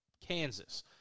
Kansas